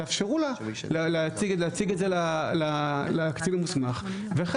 תאפשרו לה להציג את זה לקצין המוסמך ואחרי